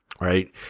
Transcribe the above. Right